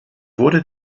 wurde